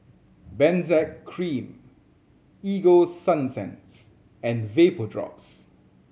Benzac Cream Ego Sunsense and Vapodrops